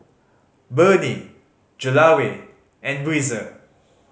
Burnie Gelare and Breezer